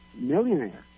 millionaire